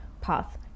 path